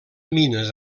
mines